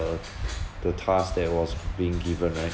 the the task that was being given right